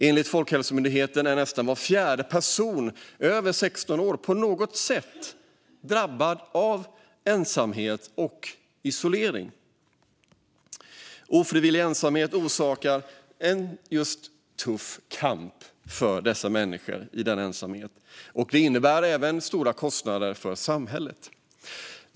Enligt Folkhälsomyndigheten är nästan var fjärde person över 16 år på något sätt drabbad av ensamhet och isolering. Ofrivillig ensamhet orsakar en tuff kamp för dessa människor och innebär även stora kostnader för samhället.